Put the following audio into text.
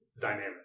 dynamic